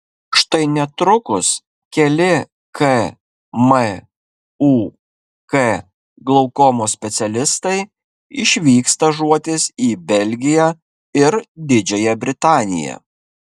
štai netrukus keli kmuk glaukomos specialistai išvyks stažuotis į belgiją ir didžiąją britaniją